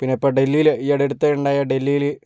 പിന്നെ ഇപ്പോൾ ഡൽഹിയിൽ ഈ ഇടെ അടുത്തിടെ ഉണ്ടായ ഡൽഹിയിൽ